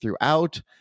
throughout